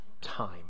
time